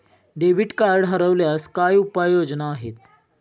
Debit card हरवल्यास काय उपाय योजना आहेत?